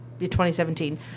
2017